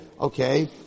okay